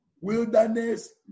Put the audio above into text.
Wilderness